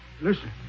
Listen